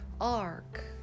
ark